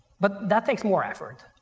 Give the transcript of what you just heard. but that takes more effort.